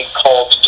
called